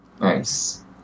Nice